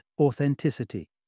authenticity